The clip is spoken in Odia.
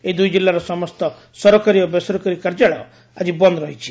ଏହି ଦୁଇ ଜିଲ୍ଲାର ସମସ୍ତ ସରକାରୀ ଓ ବେସରକାରୀ କାର୍ଯ୍ୟାଳୟ ବନ୍ଦ ରହିଛି